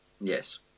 Yes